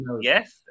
Yes